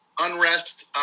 Unrest